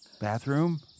Bathroom